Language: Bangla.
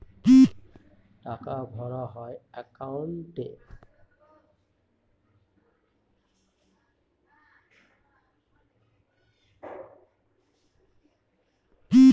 টাকা ভরা হয় একাউন্টে